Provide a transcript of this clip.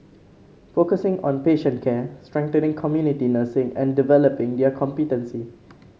focusing on patient care strengthening community nursing and developing their competency